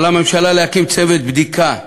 על הממשלה להקים צוות בדיקה,